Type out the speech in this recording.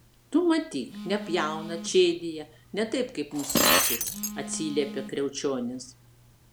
tu matyk nepjauna čėdija ne taip kaip mūsiškis atsiliepė kriaučionis